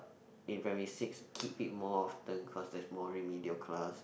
in primary six keep it more often cause there's more remedial class